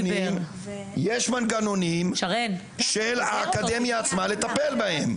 הם שוליים ויש מנגנונים וכלים של האקדמיה עצמה לטפל בהם.